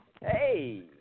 Hey